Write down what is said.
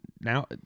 now